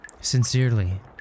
Sincerely